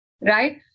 right